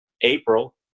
April